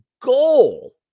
Goal